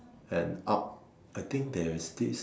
and up I think there is this